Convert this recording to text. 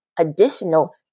additional